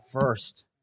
first